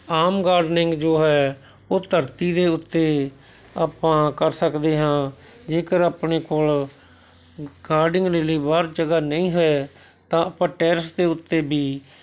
ਆਮ gardening ਜੋ ਹੈ ਉਹ ਧਰਤੀ ਦੇ ਉੱਤੇ ਆਪਾਂ ਕਰ ਸਕਦੇ ਹਾਂ ਜੇਕਰ ਆਪਣੇ ਕੋਲ ਗਾਰਡਿੰਗ ਲਈ ਬਾਹਰ ਜਗ੍ਹਾ ਨਹੀਂ ਹੈ ਤਾਂ ਆਪਾਂ ਟੈਰਿਸ ਦੇ ਉੱਤੇ ਵੀ